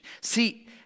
See